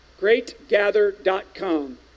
Greatgather.com